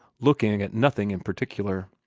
looking at nothing in particular.